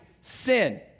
sin